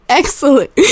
excellent